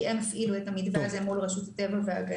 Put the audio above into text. כי הם הפעילו את המתווה הזה מול רשות הטבע והגנים.